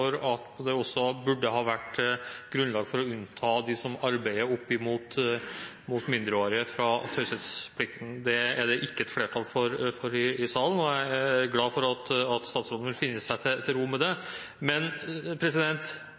for at det også burde ha vært grunnlag for å unnta dem som arbeider opp mot mindreårige, fra taushetsplikten. Det er det ikke flertall for i salen, og jeg er glad for at statsråden vil slå seg til ro med det. Men